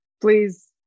Please